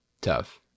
tough